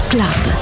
Club